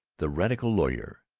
the radical lawyer,